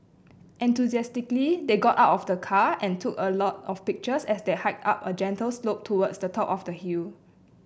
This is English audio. enthusiastically they got out of the car and took a lot of pictures as they hiked up a gentle slope towards the top of the hill